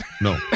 no